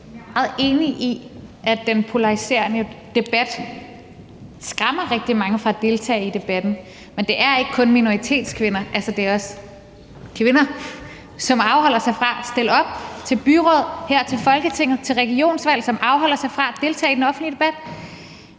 Jeg er meget enig i, at den polariserende debat skræmmer rigtig mange fra at deltage i debatten, men det er ikke kun minoritetskvinder, det er også andre kvinder, der afholder sig fra at stille op til byråd, til Folketinget og ved regionsvalget, og som afholder sig fra at deltage i den offentlige debat.